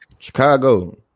Chicago